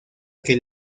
que